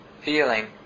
feeling